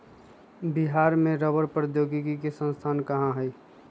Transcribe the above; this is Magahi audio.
बिहार में रबड़ प्रौद्योगिकी के संस्थान कहाँ हई?